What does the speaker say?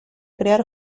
crear